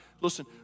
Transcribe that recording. listen